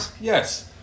Yes